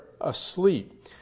asleep